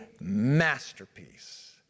masterpiece